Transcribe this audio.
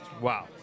Wow